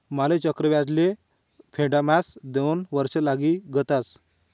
माले चक्रव्याज ले फेडाम्हास दोन वर्ष लागी गयथात